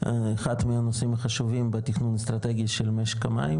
אחת מהנושאים החשובים בתכנון אסטרטגי של משק המים,